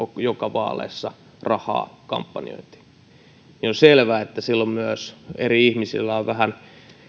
joka vaaleissa rahaa kampanjointiin niin on selvää että silloin myös eri ihmisillä on vähän